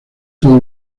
todo